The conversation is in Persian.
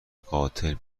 قاتل